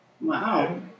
Wow